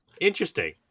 interesting